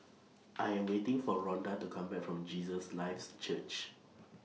I Am waiting For Rhonda to Come Back from Jesus Lives Church